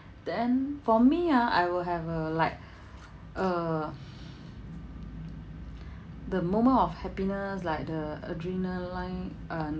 then for me ah I will have a like uh the moment of happiness like the adrenaline uh